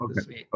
Okay